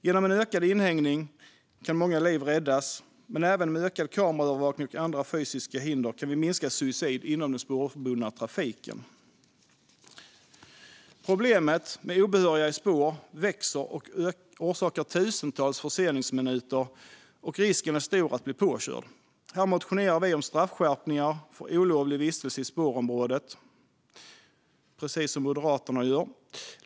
Genom ökat inhägnande kan många liv räddas, men även med ökad kameraövervakning och andra fysiska hinder kan vi minska suicid inom den spårbundna trafiken. Problemet med obehöriga i spår växer och orsakar tusentals förseningsminuter, och risken är stor att bli påkörd. Här motionerar vi precis som Moderaterna om straffskärpningar för olovlig vistelse i spårområdet.